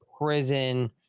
prison